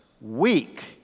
weak